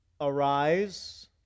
Arise